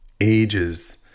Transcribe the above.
ages